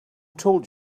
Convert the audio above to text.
told